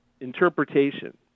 interpretation